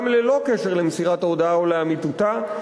גם ללא קשר למסירת ההודאה או לאמיתותה,